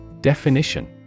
Definition